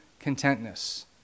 contentness